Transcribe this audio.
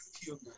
human